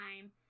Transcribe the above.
time